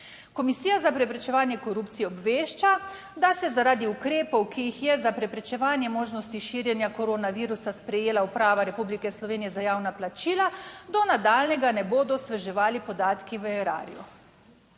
Komisija za preprečevanje korupcije obvešča, da se zaradi ukrepov, ki jih je za preprečevanje možnosti širjenja koronavirusa sprejela Uprava Republike Slovenije za javna plačila, do nadaljnjega ne bodo osveževali podatki v Erarju.